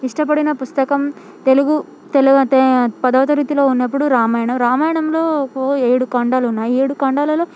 ఇష్టపడిన పుస్తకం తెలుగు పదవ తరగతిలో ఉన్నప్పుడు రామాయణం రామాయణంలో ఒక ఏడు కాండలు ఉన్నాయి ఏడు కాండాలలో